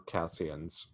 Cassian's